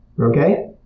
Okay